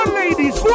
ladies